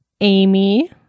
Amy